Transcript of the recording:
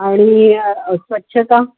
आणि स्वच्छता